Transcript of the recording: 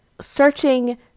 searching